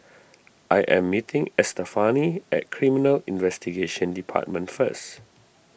I am meeting Estefani at Criminal Investigation Department first